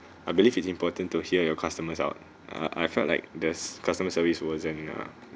I believe it's important to hear your customers out uh I felt like there's customer service wasn't ah